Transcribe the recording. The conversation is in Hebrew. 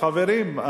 חברים,